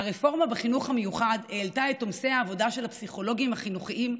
הרפורמה בחינוך המיוחד העלתה את עומסי העבודה של הפסיכולוגים החינוכיים,